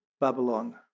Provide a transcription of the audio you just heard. Babylon